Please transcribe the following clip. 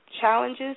challenges